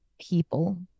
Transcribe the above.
people